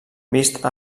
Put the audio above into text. vist